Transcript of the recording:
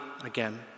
again